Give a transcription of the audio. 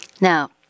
Now